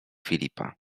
filipa